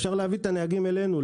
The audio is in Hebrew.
אפשר להביא את הנהגים אלינו,